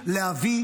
להביא,